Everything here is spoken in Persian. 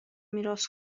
میراث